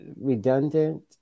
redundant